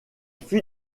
fut